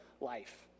life